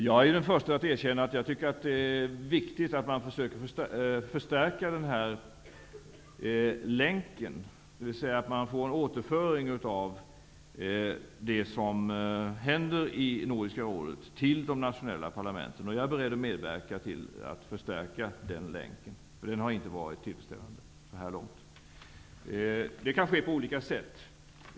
Jag är den förste att erkänna att jag tycker att det är viktigt att man försöker förstärka den här länken, dvs. att man får en återföring av det som händer i Nordiska rådet till de nationella parlamenten, och jag är beredd att medverka till att förstärka den länken. Den har inte varit tillfredsställande så här långt. Det kan ske på olika sätt.